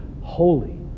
holy